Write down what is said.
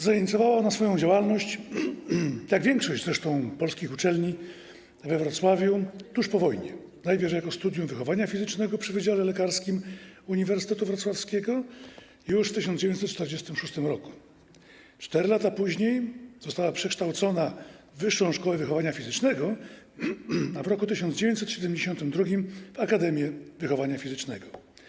Zainicjowała ona swoją działalność, jak większość zresztą polskich uczelni we Wrocławiu, tuż po wojnie - najpierw jako Studium Wychowania Fizycznego przy Wydziale Lekarskim Uniwersytetu Wrocławskiego, już w 1946 r. 4 lata później została przekształcona w Wyższą Szkołę Wychowania Fizycznego, a w roku 1972 - w Akademię Wychowania Fizycznego.